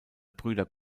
brüder